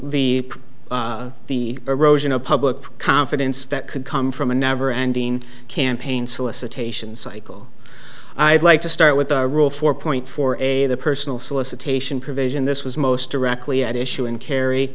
the the erosion of public confidence that could come from a never ending campaign solicitations cycle i'd like to start with a rule four point four eight the personal solicitation provision this was most directly at issue and carry